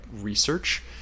research